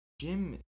Jim